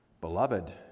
Beloved